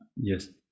Yes